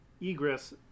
Egress